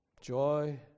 Joy